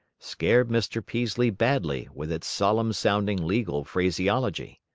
scared mr. peaslee badly with its solemn-sounding legal phraseology.